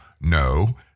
No